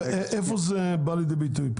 איפה זה בא לידי ביטוי פה?